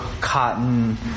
cotton